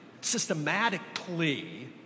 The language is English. systematically